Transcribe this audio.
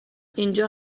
اینجا